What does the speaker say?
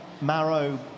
marrow